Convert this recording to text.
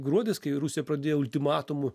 gruodis kai rusija pradėjo ultimatumų